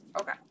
Okay